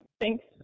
Thanks